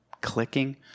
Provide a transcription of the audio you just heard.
clicking